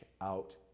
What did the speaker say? out